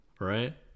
right